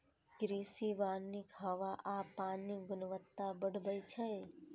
कृषि वानिक हवा आ पानिक गुणवत्ता बढ़बै छै